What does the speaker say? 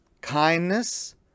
kindness